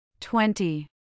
Twenty